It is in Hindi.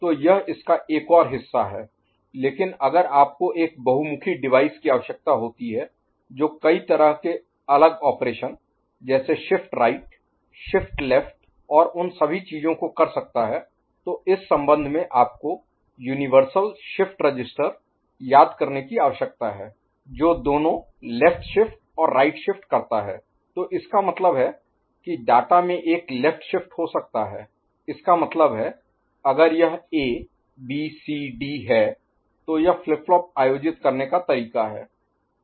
तो यह इसका एक और हिस्सा है लेकिन अगर आपको एक बहुमुखी डिवाइस की आवश्यकता होती है जो कई तरह के अलग ऑपरेशन जैसे शिफ्ट राइट शिफ्ट लेफ्ट और उन सभी चीजों को कर सकता है तो इस संबंध में आपको universal shift register Universal Shift Register सार्वभौमिक शिफ्ट रजिस्टर याद करने की आवश्यकता है जो दोनों लेफ्ट शिफ्ट और राइट शिफ्ट करता है तो इसका मतलब है कि डाटा में एक लेफ्ट शिफ्ट हो सकता है इसका मतलब है अगर यह ए बी सी डी है तो यह फ्लिप फ्लॉप आयोजित करने का तरीका है